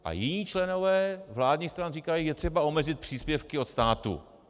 A jiní členové vládních stran říkají: Je třeba omezit příspěvky od státu.